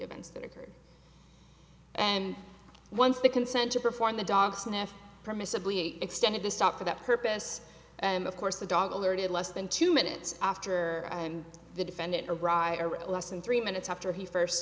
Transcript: events that occurred and once the consent to perform the dog sniff permissibly extended the stop for that purpose and of course the dog alerted less than two minutes after and the defendant a rider at less than three minutes after he first